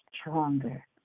stronger